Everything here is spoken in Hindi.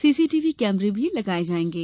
सीसीटीवी कैमरे भी लगाये जाएंगे